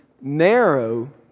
narrow